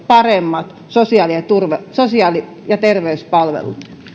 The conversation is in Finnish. paremmat sosiaali ja terveyspalvelut